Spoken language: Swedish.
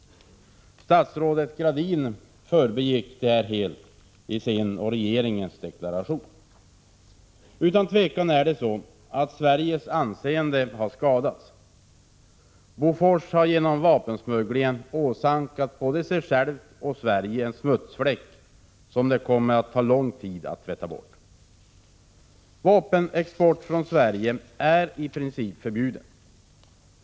Statsrådet Gradin förbigick detta helt i sin och regeringens deklaration. Utan tvivel har Sveriges anseende skadats. Bofors har genom vapensmugglingen åsamkat både sig självt och Sverige en smutsfläck som det kommer att ta lång tid att tvätta bort. Vapenexport från Sverige är i princip förbjuden.